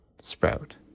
Sprout